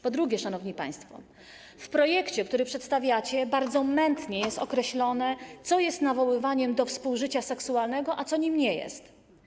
Po drugie, szanowni państwo, w projekcie, który przedstawiacie, bardzo mętnie jest określone, co jest nawoływaniem do współżycia seksualnego, a co nim nie jest.